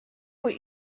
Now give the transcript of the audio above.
what